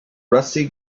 rusty